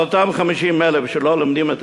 אבל על אותם 50,000 שלא לומדים את